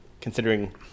considering